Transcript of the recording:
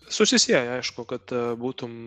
susisieja aišku kad būtum